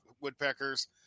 woodpeckers